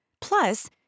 Plus